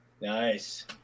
Nice